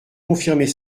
confirmer